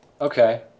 Okay